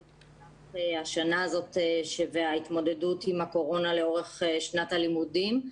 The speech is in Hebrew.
השנה הזאת וההתמודדות עם הקורונה לאורך שנת הלימודים.